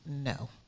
no